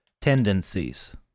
tendencies